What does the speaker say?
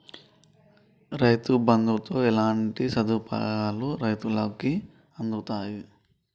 రైతు బంధుతో ఎట్లాంటి సదుపాయాలు రైతులకి అందుతయి?